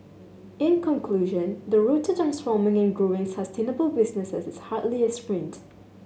in conclusion the road to transforming and growing sustainable businesses is hardly a sprint